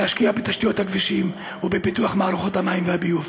להשקיע בתשתיות הכבישים ובפיתוח מערכות המים והביוב,